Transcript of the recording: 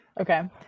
Okay